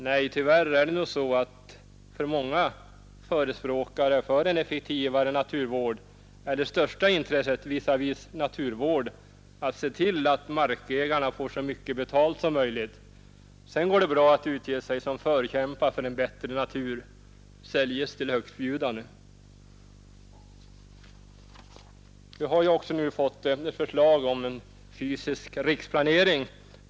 Nej, tyvärr har nog många förespråkare för en effektivare naturvård sitt största intresse i att se till att markägarna får så mycket betalt som möjligt. Sedan går det bra att utge sig som förkämpar för en bättre natur. Säljes till högstbjudande! Vi har också fått förslag om en fysisk riksplanering.